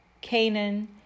Canaan